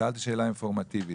שאלתי שאלה אינפורמטיבית.